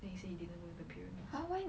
then he say he didn't went the pyramids